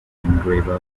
engraver